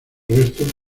restos